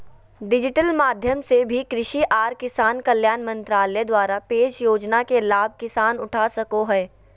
digital माध्यम से भी कृषि आर किसान कल्याण मंत्रालय द्वारा पेश योजना के लाभ किसान उठा सको हय